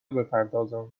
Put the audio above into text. بپردازند